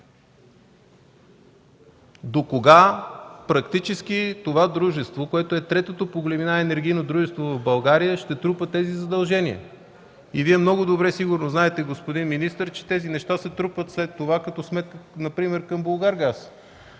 Докога практически това дружество, което е третото по големина енергийно дружество в България, ще трупа тези задължения? Вие сигурно много добре знаете, господин министър, че тези неща се трупат след това като сметка например към „Булгаргаз”,